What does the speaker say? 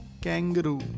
kangaroo